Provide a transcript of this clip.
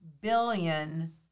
billion